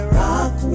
rock